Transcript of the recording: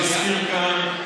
שהזכיר כאן,